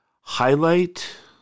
Highlight